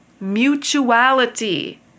mutuality